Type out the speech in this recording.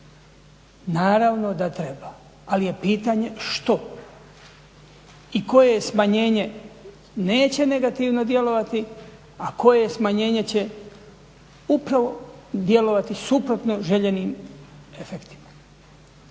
Naravno da treba, ali je pitanje što i koje smanjenje neće negativno djelovati, a koje smanjenje će upravo djelovati suprotno željenim efektima.